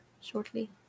shortly